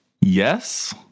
Yes